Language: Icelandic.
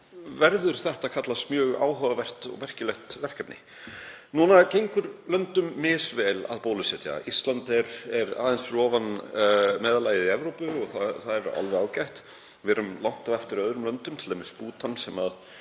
verður þetta að kallast mjög áhugavert og merkilegt verkefni. Nú gengur löndum misvel að bólusetja. Ísland er aðeins fyrir ofan meðaltalið í Evrópu og það er alveg ágætt. Við erum langt á eftir öðrum löndum, t.d. Bútan sem